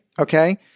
okay